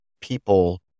people